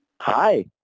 Hi